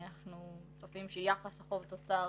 אנחנו צופים שיחס חוב-תוצר